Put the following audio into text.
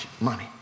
money